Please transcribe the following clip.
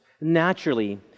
Naturally